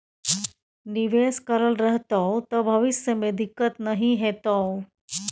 निवेश करल रहतौ त भविष्य मे दिक्कत नहि हेतौ